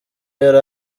yari